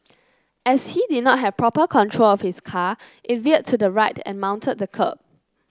as he did not have proper control of his car it veered to the right and mounted the kerb